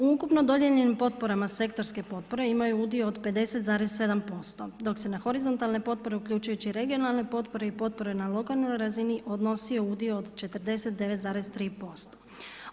U ukupno dodijeljenim potporama sektorske potpore imaju udio od 50,7% dok se na horizontalne potpore uključujući i regionalne potpore i potpore na lokalnoj razini, odnosio udio od 49,3%